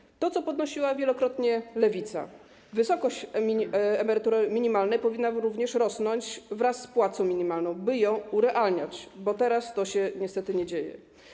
Chodzi o to, co podnosiła wielokrotnie Lewica - wysokość emerytury minimalnej powinna również rosnąć wraz z płacą minimalną, by ją urealniać, bo teraz to się niestety nie dzieje.